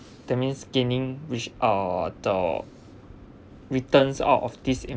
that means gaining which are the returns out of this